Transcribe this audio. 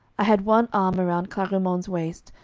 i had one arm around clarimonde's waist,